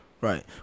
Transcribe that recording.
right